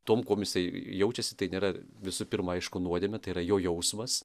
tuom kuom jisai jaučiasi tai nėra visų pirma aišku nuodėmė tai yra jo jausmas